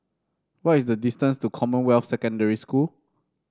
what is the distance to Commonwealth Secondary School